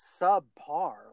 subpar